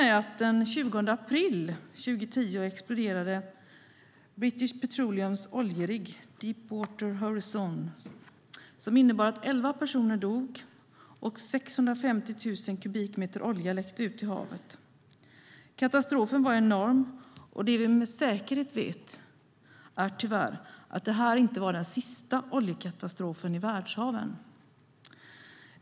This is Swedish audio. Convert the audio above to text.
Den 20 april 2010 exploderade British Petroleums oljerigg Deepwater Horizon som innebar att elva personer dog och 650 000 kubikmeter olja läckte ut i havet. Katastrofen var enorm. Det vi med säkerhet vet är tyvärr att detta inte var den sista oljekatastrofen i världshaven.